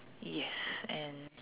yes and